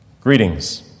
greetings